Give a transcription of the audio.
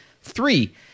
Three